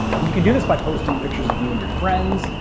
and you can do this by posting pictures of you and your friends,